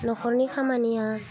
नखरनि खामानिया